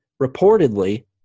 reportedly